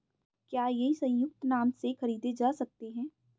क्या ये संयुक्त नाम से खरीदे जा सकते हैं?